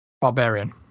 barbarian